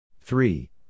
Three